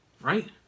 right